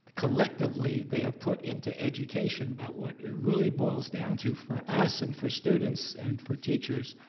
collectively they have put into education, but what it really boils down to for us and for students and for teachers,